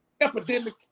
epidemic